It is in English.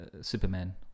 Superman